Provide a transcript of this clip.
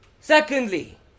Secondly